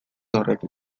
horrekin